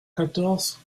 quatorze